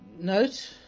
note